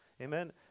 amen